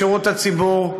בשירות הציבור,